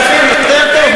כספים יותר טוב?